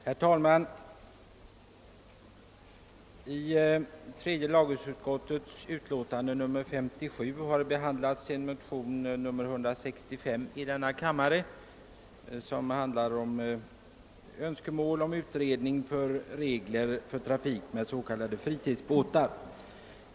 Herr talman! I tredje lagutskottets utlåtande nr 57 har behandlats motionen II: 165 i vilken hemställs om utredning rörande regler för trafik med motordrivna s.k. fritidsbåtar.